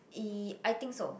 E I think so